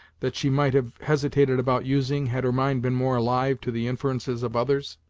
that she might have hesitated about using, had her mind been more alive to the inferences of others.